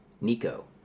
Nico